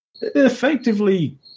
effectively